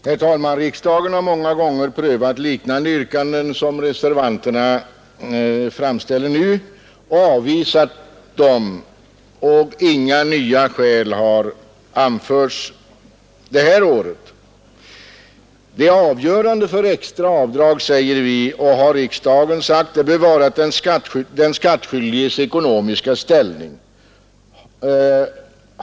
Herr talman! Riksdagen har många gånger prövat liknande yrkanden som det som reservanterna nu för fram och avvisat dem. Inga nya skäl har anförts detta år. Det avgörande för extra avdrag, säger utskottet i år liksom riksdagen sagt tidigare, bör vara den skattskyldiges ekonomiska ställning.